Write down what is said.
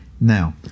Now